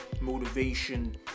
motivation